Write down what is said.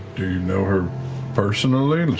do you know her personally?